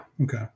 Okay